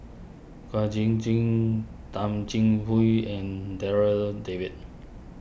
Kwek Jin Jin Thum Jin Hui and Darryl David